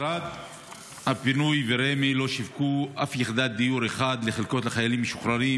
משרד הבינוי ורמ"י לא שיווקו אף יחידת דיור אחת לחלקות לחיילים משוחררים